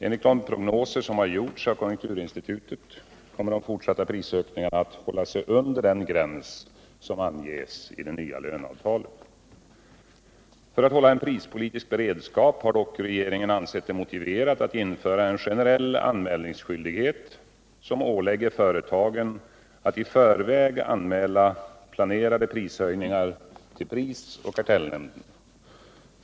Enligt de prognoser som har gjorts av konjunkturinstitutet kommer de fortsatta prisökningarna att hålla sig under den gräns som anges i det nya löneavtalet. För att hålla en prispolitisk beredskap har regeringen dock ansett det motiverat att införa en generell anmälningsskyldighet, som ålägger företagen att i förväg anmäla planerade prishöjningar till prisoch kartellnämnden.